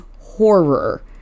horror